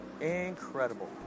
Incredible